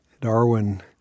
Darwin